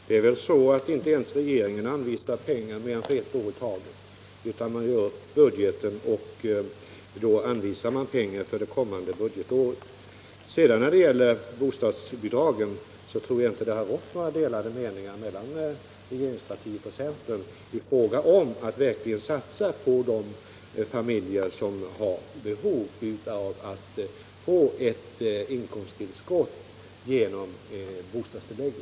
Herr talman! Inte ens regeringen anvisar pengar för mer än ett år i taget. Man gör upp budgeten och anvisar pengar för det kommande budgetåret. Allmänpolitisk debatt debatt Sedan tror jag inte att det har rått några delade meningar mellan régeringspartiet och centern i fråga om att satsa på de familjer som verkligen har behov av ett inkomsttillskott genom bostadstilläggen.